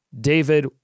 David